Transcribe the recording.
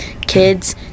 kids